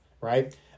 right